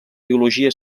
biologia